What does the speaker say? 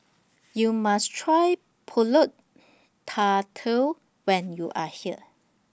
YOU must Try Pulut Tatal when YOU Are here